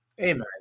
amen